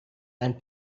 and